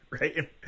right